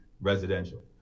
residential